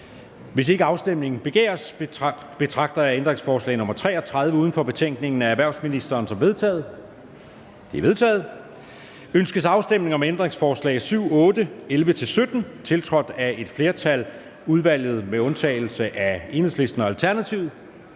Hvis ikke afstemning begæres, betragter jeg ændringsforslag nr. 33, uden for betænkningen, af erhvervsministeren, som vedtaget. Det er vedtaget. Ønskes afstemning om ændringsforslag nr. 7, 8 og 11-17, tiltrådt af et flertal, udvalget med undtagelse af EL og ALT? De er vedtaget.